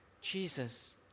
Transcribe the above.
Jesus